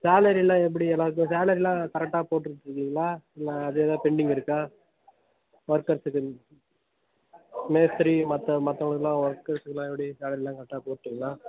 சேலரிலாம் எப்படி எல்லாருக்கும் சேலரிலாம் கரெக்டாக போட்டுட்டுருக்கீங்களா இல்லை அது ஏதாவது பெண்டிங் இருக்கா ஒர்க்கர்ஸுக்கு மேஸ்திரி மற்ற மற்றவங்களுக்குலாம் ஒர்க்கர்ஸுக்குலாம் எப்படி சேலரிலாம் கரெக்டாக போட்டீங்களா